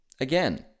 again